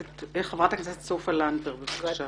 חברת הכנסת סופה לנדבר, בבקשה.